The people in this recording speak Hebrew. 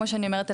כמו שאני אומרת,